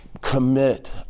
commit